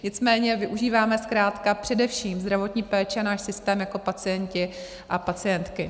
Nicméně využíváme zkrátka především zdravotní péči a náš systém jako pacienti a pacientky.